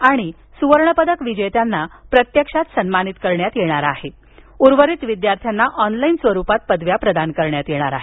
आणि स्वर्णपदक विजेत्यांना प्रत्यक्षात सन्मानित करण्यात येणार आहेउर्वरित विद्यार्थ्यांना ऑनलाईन स्वरुपात पदव्या प्रदान करण्यात येणार आहेत